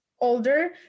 older